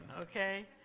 okay